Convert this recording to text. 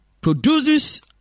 Produces